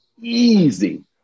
easy